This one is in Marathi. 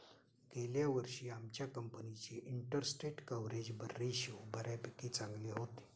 गेल्या वर्षी आमच्या कंपनीचे इंटरस्टेट कव्हरेज रेशो बऱ्यापैकी चांगले होते